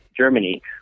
Germany